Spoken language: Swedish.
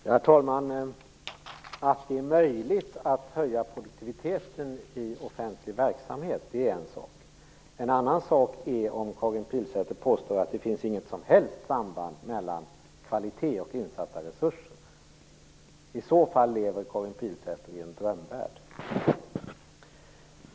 Herr talman! Att det är möjligt att höja produktiviteten i offentlig verksamhet är en sak. En annan sak är om Karin Pilsäter påstår att det inte finns något som helst samband mellan kvalitet och insatta resurser. I så fall lever Karin Pilsäter i en drömvärld.